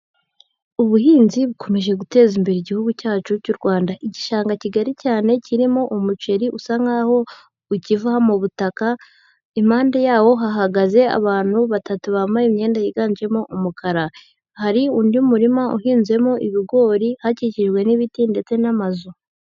Ubuhinzi bukomeje guteza imbere igihugu cyacu cy'u Rwanda. Igishanga kigari cyane kirimo umuceri usa nkaho ukiva mu butaka, impande yawo hahagaze abantu batatu bambaye imyenda yiganjemo umukara. Hari undi murima uhinzemo ibigori, hakikijwe n'ibiti ndetse n'amazu.